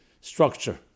structure